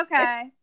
Okay